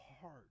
hard